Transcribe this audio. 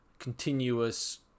continuous